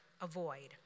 avoid